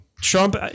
Trump